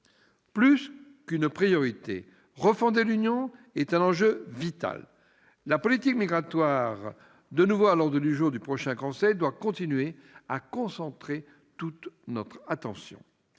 Plus qu'une priorité, refonder l'Union est un enjeu vital. La politique migratoire, de nouveau à l'ordre du jour du prochain Conseil, doit continuer à concentrer toute notre attention.